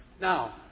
Now